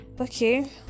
okay